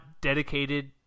dedicated